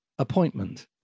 appointment